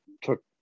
took